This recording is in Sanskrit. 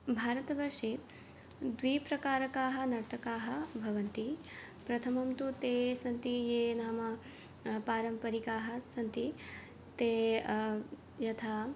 भारतवर्षे द्विप्रकारकाः नर्तकाः भवन्ति प्रथमं तु ते सन्ति ये नाम पारम्परिकाः सन्ति ते यथा